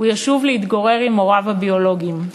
הוא ישוב להתגורר עם הוריו הביולוגיים.